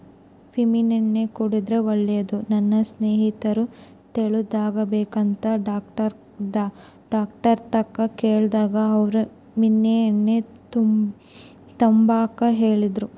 ಮೀನೆಣ್ಣೆ ಕುಡುದ್ರೆ ಒಳ್ಳೇದು, ನನ್ ಸ್ನೇಹಿತೆ ತೆಳ್ಳುಗಾಗ್ಬೇಕಂತ ಡಾಕ್ಟರ್ತಾಕ ಕೇಳ್ದಾಗ ಅವ್ರು ಮೀನೆಣ್ಣೆ ತಾಂಬಾಕ ಹೇಳಿದ್ರು